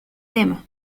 tema